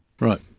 Right